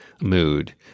mood